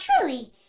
truly